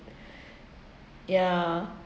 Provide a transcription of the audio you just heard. yeah